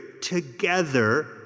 together